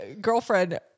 girlfriend